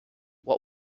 what